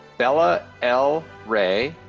bella l rae,